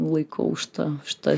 laikau šitą šitą